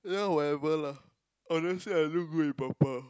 ya whatever lah honestly I look good in purple